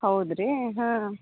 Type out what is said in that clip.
ಹೌದು ರೀ ಹಾಂ